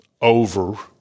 over